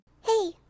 Hey